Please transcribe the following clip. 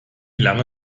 lange